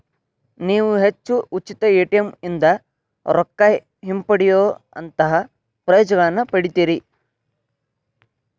ನೇವು ಹೆಚ್ಚು ಉಚಿತ ಎ.ಟಿ.ಎಂ ಇಂದಾ ರೊಕ್ಕಾ ಹಿಂಪಡೆಯೊಅಂತಹಾ ಪ್ರಯೋಜನಗಳನ್ನ ಪಡಿತೇರಿ